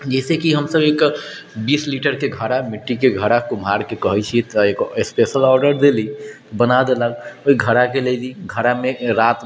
जइसे कि हमसब एक बीस लीटरके घड़ा मिट्टीके घड़ा कुम्हारके कहै छिए स्पेशल ऑडर देली बना देलक ओहि घड़ाके लेली घड़ामे राति